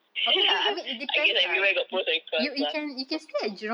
I guess everywhere got pros and cons lah pros and cons